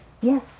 Yes